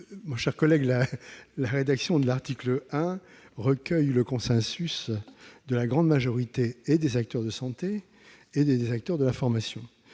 ! Sachez que la rédaction de l'article 1recueille le consensus de la grande majorité des acteurs de santé, comme des acteurs de la formation.